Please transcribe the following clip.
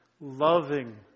loving